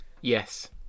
Yes